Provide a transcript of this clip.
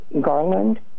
Garland